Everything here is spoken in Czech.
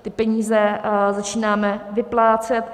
Ty peníze začínáme vyplácet.